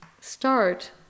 start